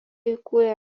įkūrė